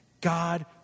God